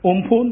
उंफून